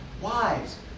Wives